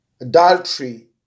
adultery